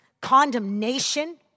condemnation